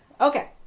Okay